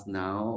now